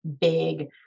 big